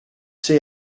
say